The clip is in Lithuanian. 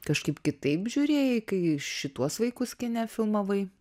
kažkaip kitaip žiūrėjai kai šituos vaikus kine filmavai